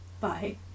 Bye